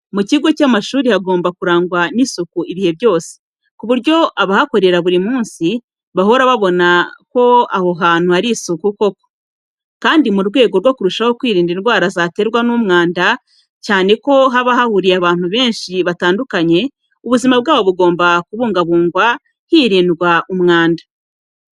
Mu kigo cy'amashuri hagomba kurangwa n'isuku ibihe byose, ku buryo abahakorera buri munsi bahora babona ko aho hantu hari isuku koko. Kandi mu rwego rwo kurushaho kwirinda indwara zaterwa n'umwana cyane ko haba hahuriye abana benshi batandukanye, ubuzima bwabo bugomba kubungwabungwa hirindwa umwanda.